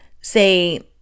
say